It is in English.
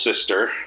sister